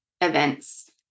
events